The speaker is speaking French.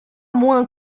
moins